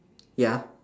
ya